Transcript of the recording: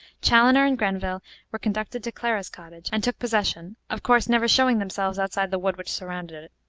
chaloner and grenville were conducted to clara's cottage, and took possession, of course never showing themselves outside the wood which surrounded it.